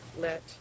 let